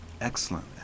Excellent